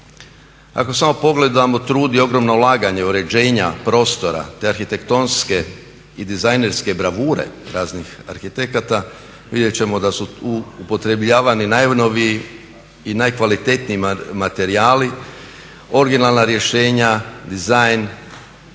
Ako samo pogledamo trud i ogromno ulaganje u uređenje prostora te arhitektonske i dizajnerske bravure raznih arhitekata vidjet ćemo da su tu upotrebljavani najnoviji i najkvalitetniji materijali, originalna rješenja, dizajn,